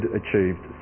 achieved